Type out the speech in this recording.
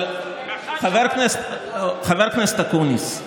חבר הכנסת אקוניס,